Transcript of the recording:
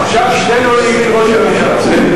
עכשיו שניניו לימין ראש הממשלה.